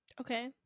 Okay